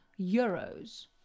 Euros